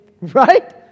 right